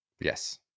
Yes